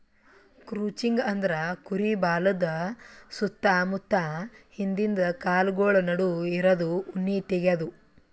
crutching ಅಂದ್ರ ಕುರಿ ಬಾಲದ್ ಸುತ್ತ ಮುತ್ತ ಹಿಂದಿಂದ ಕಾಲ್ಗೊಳ್ ನಡು ಇರದು ಉಣ್ಣಿ ತೆಗ್ಯದು